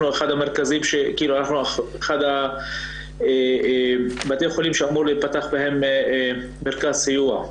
אנחנו אחד מבתי החולים שאמור להיפתח בהם מרכז סיוע.